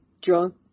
drunk